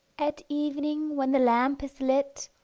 at evening when the lamp is lit,